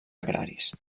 agraris